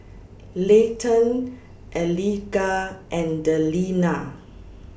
Leighton Eliga and Delina